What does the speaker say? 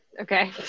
Okay